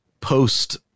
post